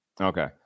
Okay